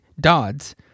Dodds